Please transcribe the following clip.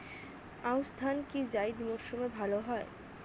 আউশ ধান কি জায়িদ মরসুমে ভালো হয়?